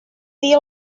dia